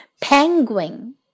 Penguin